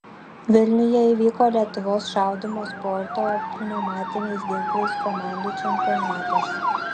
vilniuje įvyko lietuvos šaudymo sporto pneumatiniais ginklais komandų čempionatas